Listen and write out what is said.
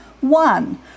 One